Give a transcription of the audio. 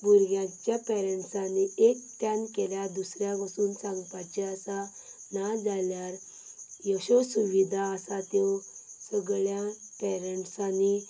भुरग्यांच्या पॅरंट्सांनी एकठ्यान केल्यार दुसऱ्याक वचून सांगपाचें आसा ना जाल्यार अशो सुविधा आसा त्यो सगळ्या पॅरंट्सांनी